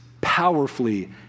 powerfully